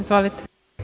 Izvolite.